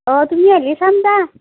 অঁ তুমি আহিলে চাম দা